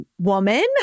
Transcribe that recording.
woman